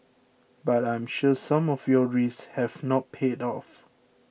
but I'm sure some of your risks have not paid off